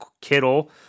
Kittle